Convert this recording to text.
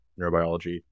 neurobiology